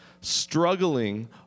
struggling